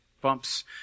bumps